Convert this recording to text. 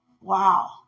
wow